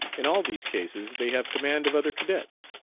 in all these cases they have command of other cadets.